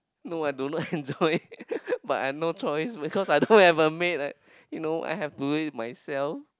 no I do not enjoy but I no choice because I don't have a maid right you know I have to do it myself